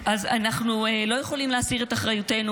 אז אנחנו לא יכולים להסיר את אחריותנו